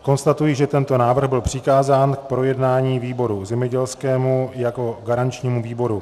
Konstatuji, že tento návrh byl přikázán k projednání výboru zemědělskému jako garančnímu výboru.